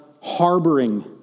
harboring